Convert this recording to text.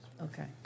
Okay